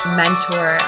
mentor